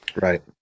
Right